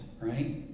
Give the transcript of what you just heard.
right